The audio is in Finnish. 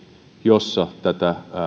jossa tätä